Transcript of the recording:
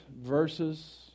verses